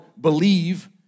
believe